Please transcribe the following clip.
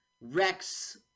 Rex